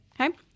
okay